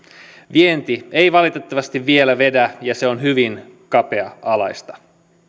vienti ei valitettavasti vielä vedä ja se on hyvin kapea alaista